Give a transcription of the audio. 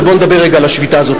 ובוא נדבר רגע על השביתה הזאת,